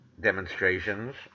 demonstrations